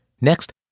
Next